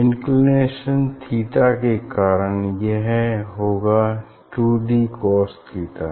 inclination theta के कारण यह होगा टू डी कोस थीटा